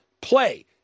play